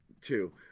Two